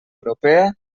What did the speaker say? europea